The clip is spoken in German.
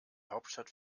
hauptstadt